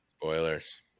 spoilers